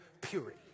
purity